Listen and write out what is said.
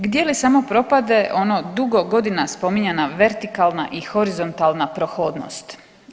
Gdje li samo propade ono dugo godina spominjana vertikalna i horizontalna prohodnost?